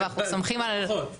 אבל אנחנו סומכים על המפקח,